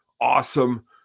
awesome